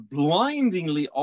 blindingly